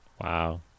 Wow